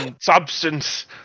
substance